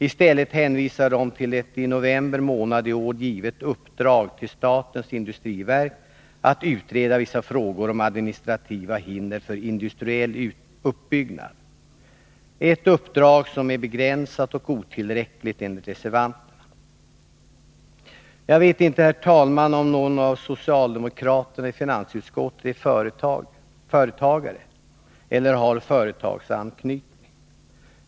I stället hänvisar de till ett i november månad i år givet uppdrag till statens industriverk att utreda vissa frågor om administrativa hinder för industriell uppbyggnad. Det är ett enligt reservanterna begränsat och otillräckligt uppdrag. Jag vet inte, herr talman, om någon av socialdemokraterna i finansutskottet är företagare eller har företagsanknytning.